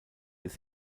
des